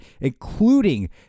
Including